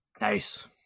nice